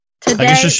Today